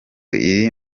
iri